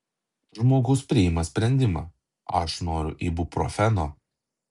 žmogus priima sprendimą aš noriu ibuprofeno